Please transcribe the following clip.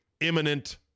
imminent